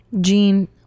Gene